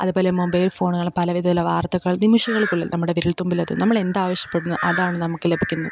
അതുപോലെ മൊബൈൽ ഫോണുകൾ പലവിധത്തിലുള്ള വാർത്തകൾ നിമിഷങ്ങൾക്കുള്ളിൽ നമ്മുടെ വിരൽത്തുമ്പിൽ അതു നമ്മൾ എന്താവശ്യപ്പെടുന്നോ അതാണ് നമുക്ക് ലഭിക്കുന്നത്